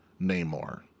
Namor